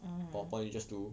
mmhmm